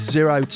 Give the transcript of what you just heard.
Zero